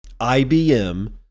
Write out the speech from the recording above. IBM